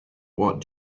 what